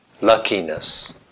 luckiness